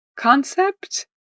Concept